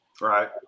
Right